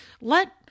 let